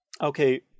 okay